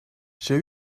j’ai